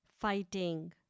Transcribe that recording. fighting